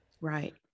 right